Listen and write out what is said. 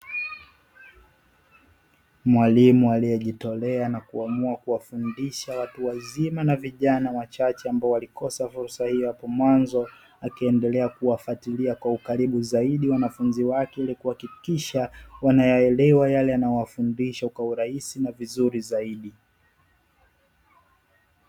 Mwalimu aliyejitolea na kuamua kuwafundisha watu wazima na vijana wachache ambao walikosa fursa hiyo hapo mwanzo akiendelea kuwafuatilia kwa ukaribu zaidi wanafunzi wake ili kuhakikisha wanayaelewa yale anayowafundisha kwa urahisi na vizuri zaidi.